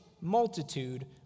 multitude